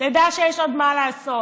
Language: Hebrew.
תדע שיש עוד מה לעשות.